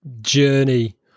journey